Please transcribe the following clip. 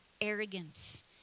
arrogance